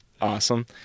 awesome